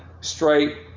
straight